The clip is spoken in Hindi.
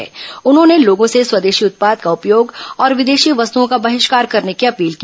ँ उन्होंने लोगों से स्वदेशी उत्पाद का उपयोग और विदेशी वस्तुओं का बहिष्कार करने की अपील की